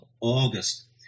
August